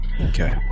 Okay